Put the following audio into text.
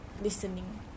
listening